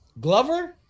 Glover